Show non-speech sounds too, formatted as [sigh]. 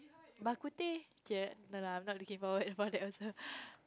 Ba-Kut-teh kay no lah I'm not looking forward for that also [laughs]